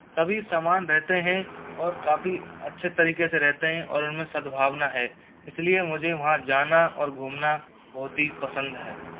सभी समान रहते है और काफ़ी अच्छे तरीके से रहते है और उनमें सद्भावना है इसलिए मुझे वहाँ जाना और घूमना बहुत ही पसंद है